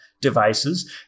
devices